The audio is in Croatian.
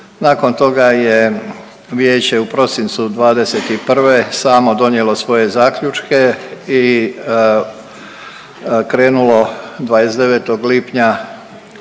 Nakon toga je vijeće u prosincu '21. samo donijelo svoje zaključke i krenulo 29. lipnja